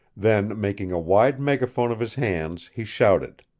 then making a wide megaphone of his hands, he shouted.